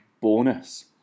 bonus